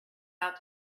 out